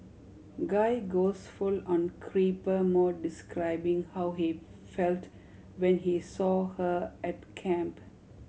guy goes full on creeper mode describing how he felt when he saw her at camp